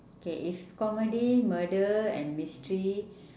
okay if comedy murder and mystery